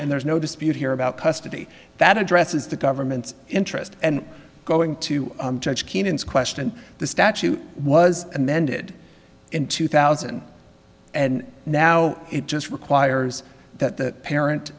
and there is no dispute here about custody that addresses the government's interest and going to judge keenan's question the statute was amended in two thousand and now it just requires that the parent